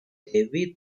devi